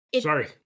Sorry